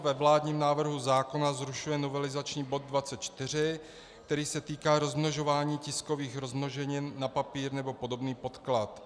Ve vládním návrhu zákona zrušuje novelizační bod 24, který se týká rozmnožování tiskových rozmnoženin na papír nebo podobný podklad.